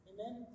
Amen